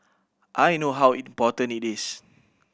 I know how important it is